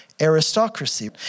Aristocracy